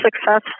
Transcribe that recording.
success